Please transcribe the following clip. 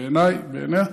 בעיניי, בעיניה,